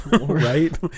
Right